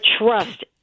trust